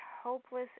hopeless